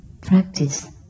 practice